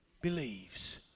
believes